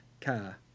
car